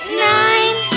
nine